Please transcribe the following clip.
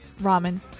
ramen